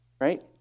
Right